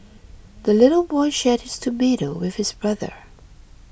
the little boy shared his tomato with his brother